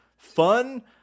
Fun